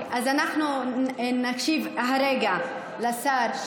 אז אנחנו נקשיב כרגע לשר,